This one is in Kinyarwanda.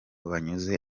banyuze